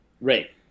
Right